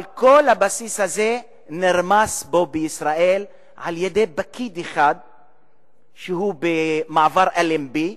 אבל כל הבסיס הזה נרמס פה בישראל על-ידי פקיד אחד במעבר אלנבי,